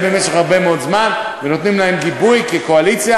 במשך מאוד הרבה זמן ונותנים להם גיבוי כקואליציה,